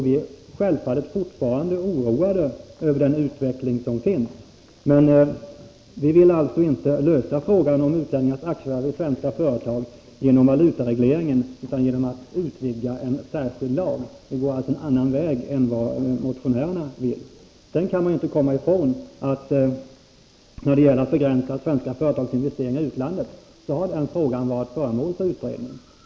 Vi är självfallet fortfarande oroade över den utveckling som pågår, men vi vill inte lösa frågan om utlänningars aktieförvärv i svenska företag genom valutaregleringen utan genom att utvidga en särskild lag. Vi går därmed en annan väg än den motionärerna vill gå. Sedan kan man inte komma ifrån att frågan om att begränsa svenska företagsinvesteringar i utlandet redan har varit föremål för utredning.